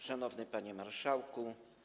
Szanowny Panie Marszałku!